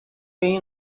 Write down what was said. این